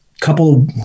couple